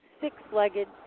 six-legged